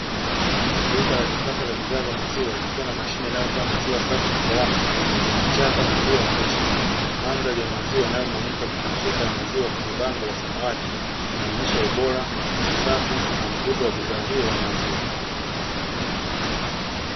Duka la kisasa la bidhaa za maziwa likiwa na mashine inayotoa maziwa safi na salama lenye chapa maziwa freshi. Mandhari ya maziwa yanayomwagika kuna chupa ya maziwa kwenye bango la samawati, linaonyesha: ubora, usafi na mvuto wa bidhaa hizo za maziwa.